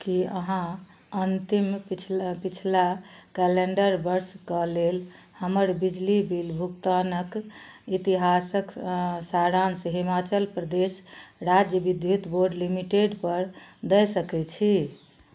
की अहाँ अन्तिम पिछला पिछला कैलेंडर वर्षके लेल हमर बिजली बिल भुगतानक इतिहासके सारांश हिमाचल प्रदेश राज्य विद्युत बोर्ड लिमिटेडपर दए सकय छी